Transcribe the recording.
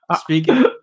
Speaking